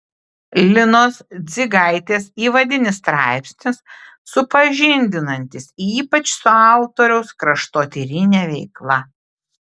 linos dzigaitės įvadinis straipsnis supažindinantis ypač su autoriaus kraštotyrine veikla